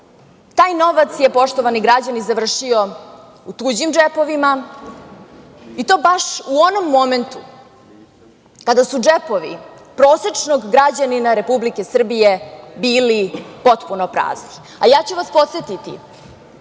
Taj novac je, poštovani građani, završio u tuđim džepovima i to baš u onom momentu kada su džepovi prosečnog građanina Republike Srbije bili potpuno prazni. Ja ću vas podsetiti